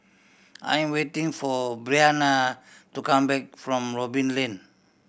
I am waiting for Briana to come back from Robin Lane